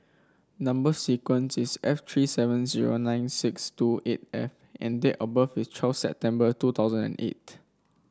number sequence is S three seven zero nine six two eight F and date of birth is twelve September two thousand and eight